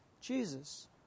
Jesus